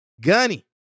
Gunny